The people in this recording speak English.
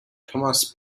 thomas